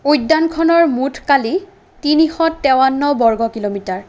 উদ্যানখনৰ মুঠ কালি তিনিশ তেৱন্ন বৰ্গ কিলোমিটাৰ